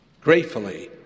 Gratefully